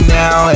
now